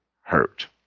hurt